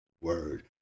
word